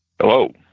Hello